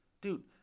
Dude